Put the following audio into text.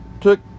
took